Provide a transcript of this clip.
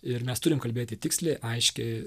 ir mes turim kalbėti tiksliai aiškiai